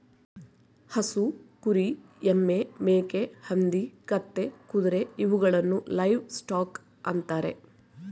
ಹಸು, ಕುರಿ, ಎಮ್ಮೆ, ಮೇಕೆ, ಹಂದಿ, ಕತ್ತೆ, ಕುದುರೆ ಇವುಗಳನ್ನು ಲೈವ್ ಸ್ಟಾಕ್ ಅಂತರೆ